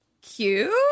Cute